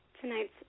tonight's